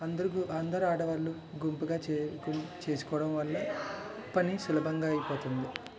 అందరు ఆడవాళ్ళు గుంపుగా చేరి గుంపుగా చేసుకోవడం వల్ల పని సులభంగా అయిపోతుంది